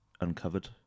uncovered